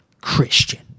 Christian